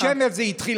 בבית שמש זה התחיל.